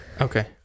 Okay